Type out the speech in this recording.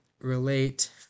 relate